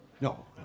No